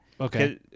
Okay